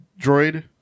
droid